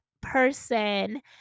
person